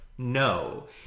No